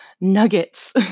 nuggets